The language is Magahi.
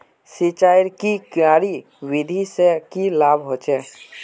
सिंचाईर की क्यारी विधि से की लाभ होचे?